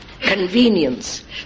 convenience